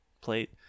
plate